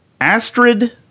Astrid